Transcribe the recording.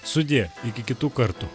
sudie iki kitų kartų